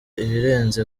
ibirenze